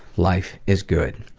life is good.